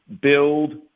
build